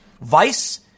Vice